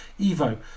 Evo